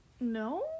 No